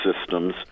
systems